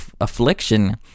affliction